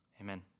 Amen